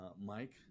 Mike